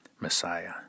Messiah